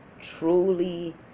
truly